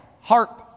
harp